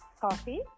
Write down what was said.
Coffee